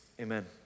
amen